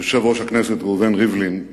יושב-ראש הכנסת ראובן ריבלין,